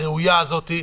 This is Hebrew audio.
הראויה הזאת,